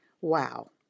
Wow